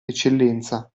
eccellenza